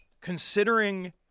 considering